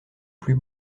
plus